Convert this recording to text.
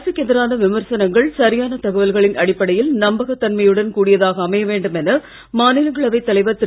அரசுக்கு எதிரான விமர்சனங்கள் சரியான தகவல்களின் அடிப்படையில் நம்பகத் தன்மையுடன் கூடியதாக அமைய வேண்டும் என மாநிலங்களவை தலைவர் திரு